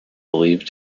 believed